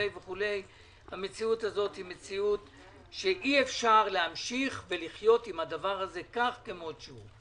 זו מציאות שאי אפשר להמשיך לחיות בה כמות שהיא,